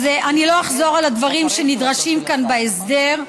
אז אני לא אחזור על הדברים שנדרשים כאן בהסדר,